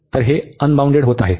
तर हे अनबाउंडेड होत आहे